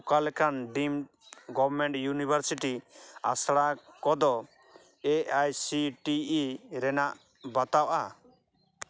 ᱚᱠᱟᱞᱮᱠᱟᱱ deemed government university ᱟᱥᱲᱟ ᱠᱚᱫᱚ A I C T E ᱨᱮᱱᱟᱜ ᱵᱟᱛᱟᱣ ᱟᱜ